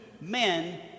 men